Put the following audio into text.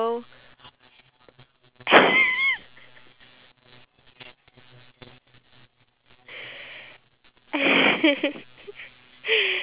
ya to~ tomorrow is my uh I have two examination papers tomorrow and then the day after that it's already our